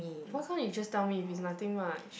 why can't you just tell me if it's nothing much